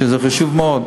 וזה חשוב מאוד.